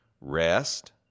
rest